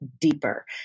deeper